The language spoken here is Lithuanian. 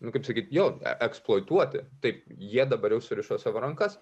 nu kaip sakyt jo eksploatuoti taip jie dabar jau surišo savo rankas